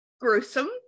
gruesome